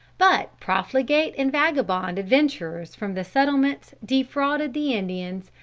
but profligate and vagabond adventurers from the settlements defrauded the indians,